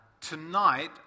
Tonight